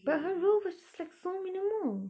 but her role was just like so minimum